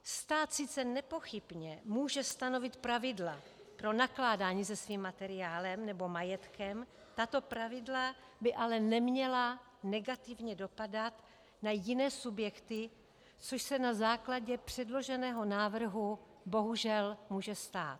Stát sice nepochybně může stanovit pravidla pro nakládání se svým materiálem nebo majetkem, tato pravidla by ale neměla negativně dopadat na jiné subjekty, což se na základě předloženého návrhu bohužel může stát.